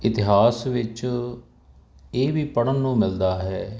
ਇਤਿਹਾਸ ਵਿੱਚ ਇਹ ਵੀ ਪੜ੍ਹਨ ਨੂੰ ਮਿਲਦਾ ਹੈ